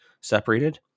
separated